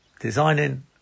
designing